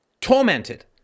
tormented